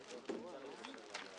הישיבה ננעלה